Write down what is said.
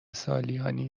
سالیانی